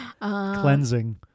Cleansing